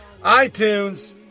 iTunes